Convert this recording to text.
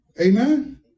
Amen